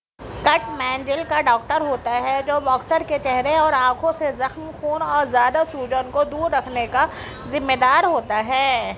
کٹ man جلد کا doctor ہوتا ہے جو باکسر کے چہرے اور آنکھوں سے زخم خون اور زیادہ سوجن کو دور رکھنے کا ذمے دار ہوتا ہے